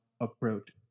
approach